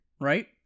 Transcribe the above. right